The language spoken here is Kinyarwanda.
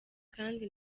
kandi